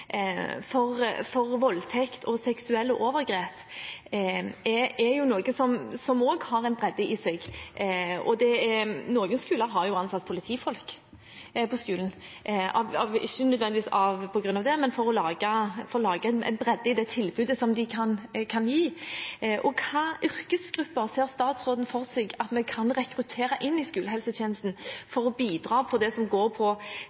for voldtekt og seksuelle overgrep er jo noe som også har en bredde i seg. Noen skoler har ansatt politifolk på skolen, ikke nødvendigvis på grunn av det, men for å lage en bredde i det tilbudet som de kan gi. Hvilke yrkesgrupper ser statsråden for seg at vi kan rekruttere inn i skolehelsetjenesten for å bidra i arbeidet mot det som går på